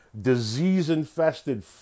disease-infested